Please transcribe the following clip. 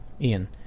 ian